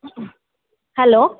hello